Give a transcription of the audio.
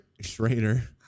Schrader